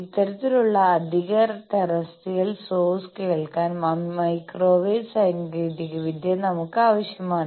ഇത്തരത്തിലുള്ള അധിക terrestrial sources കേൾക്കാൻ മൈക്രോവേവ് സാങ്കേതികവിദ്യ നമുക്ക് ആവശ്യമാണ്